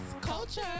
Culture